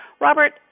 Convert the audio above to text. Robert